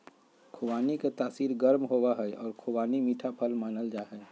खुबानी के तासीर गर्म होबा हई और खुबानी मीठा फल मानल जाहई